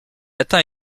atteint